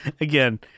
Again